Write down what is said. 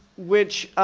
which